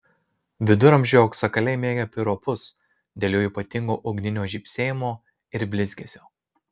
viduramžių auksakaliai mėgę piropus dėl jų ypatingo ugninio žybsėjimo ir blizgesio